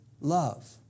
love